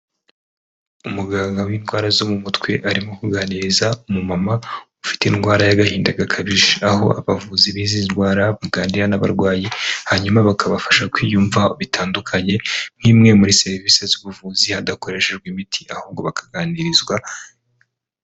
Umuganga w'indwara zo mu mutwe arimo kuganiriza umumama ufite indwara y'agahinda gakabije aho abavuzi b'izi ndwara baganira n'abarwayi hanyuma bakabafasha kwiyumva bitandukanye nk'imwe muri serivisi z'ubuvuzi hadakoreshejwe imiti ahubwo bakaganirizwa.